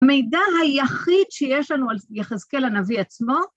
המידע היחיד שיש לנו על יחזקאל הנביא עצמו,